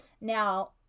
Now